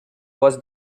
was